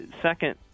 second